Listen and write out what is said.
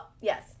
yes